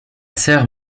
sœur